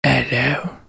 Hello